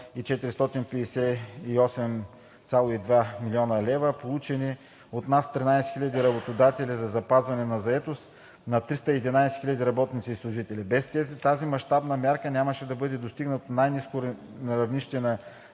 1 458,2 млн. лв., получени от над 13 000 работодатели за запазената заетост на над 311 000 работници и служители. Без тази мащабна мярка нямаше да бъде достигнато най-ниското равнище на